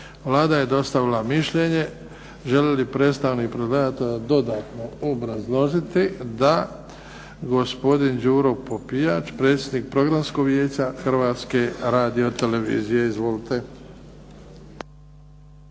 Vlada je dostavila mišljenje. Želi li predstavnik predlagatelja dodatno obrazložiti? Da. Gospodin Đuro Popijač predsjednik Programskog vijeća Hrvatske radio-televizije. Izvolite.